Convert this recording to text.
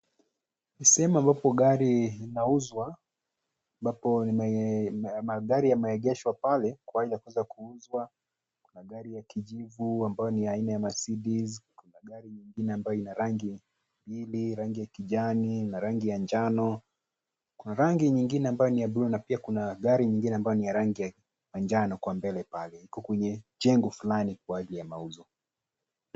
Ni sehemu ambapo gari inauzwa, ambapo magari yameegeshwa pale kwa ajili ya kueza kuuzwa. Magari ya kijivu ambayo ni aina ya Mercedes , kuna gari nyingine yenye rangi mbili, ya kijani na rangi ya njano. Kwa rangi nyingine ambayo ni ya buluu na kuna gari ingine ya rangi ya manjano kwa mbele pale na iko kwenye jengo fulani kwa ajili ya mauzo.